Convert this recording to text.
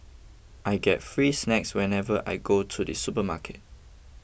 I get free snacks whenever I go to the supermarket